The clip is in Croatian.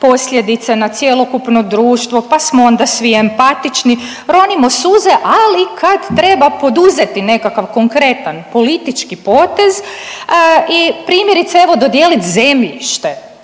posljedice na cjelokupno društvo, pa smo onda svi empatični, ronimo suze ali kad treba poduzeti nekakav konkretan politički potez i primjerice evo dodijelit zemljište